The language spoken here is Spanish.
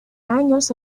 años